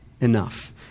enough